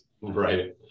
Right